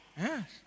Yes